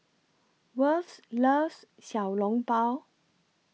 Worth loves Xiao Long Bao